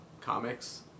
comics